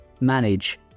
manage